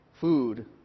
food